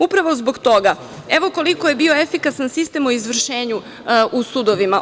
Upravo zbog toga, evo, koliko je bio efikasan sistem u izvršenju u sudovima.